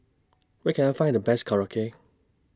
Where Can I Find The Best Korokke